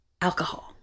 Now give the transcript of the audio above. Alcohol